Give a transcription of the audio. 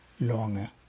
longer